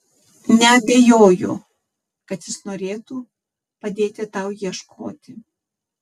neabejoju kad jis norėtų padėti tau ieškoti